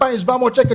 2,700 שקלים.